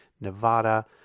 Nevada